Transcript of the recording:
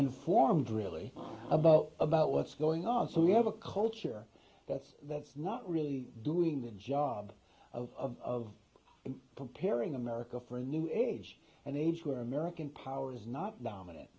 informed really about about what's going on so we have a culture that's that's not really doing the job of comparing america for a new age and age where american power is not dominant